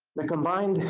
the combined,